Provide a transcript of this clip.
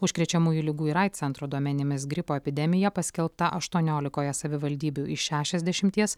užkrečiamųjų ligų ir aids centro duomenimis gripo epidemija paskelbta aštuoniolikoje savivaldybių iš šešiasdešimies